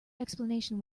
explanation